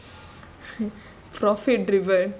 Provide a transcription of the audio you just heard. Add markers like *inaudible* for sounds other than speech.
*laughs* profit driven